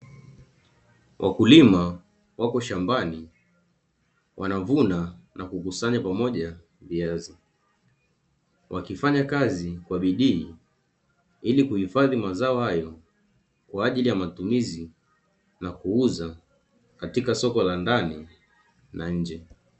Wakulima wapo shambani wanavuna na kukusanya pamoja viazi, wakifanya kazi kwa bidii ili kuhifadhi mazao hayo kwa ajili ya matumizi na kuuza katika soko la ndani na nje.